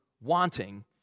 wanting